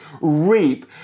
reap